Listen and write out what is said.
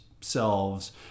selves